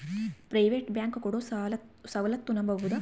Private bank ಕೊಡೊ ಸೌಲತ್ತು ನಂಬಬೋದ?